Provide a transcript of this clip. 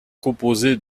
composés